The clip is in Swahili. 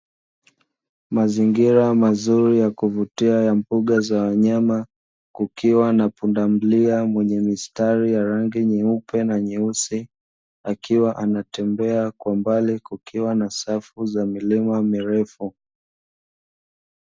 Mazingira mazuri ya kuvutia ya mbuga za wanyama kukiwa na pundamilia mwenye mistari ya rangi nyeupe na nyeusi akiwa anatembea, kwa mbali kukiwa na safu za milima mirefu.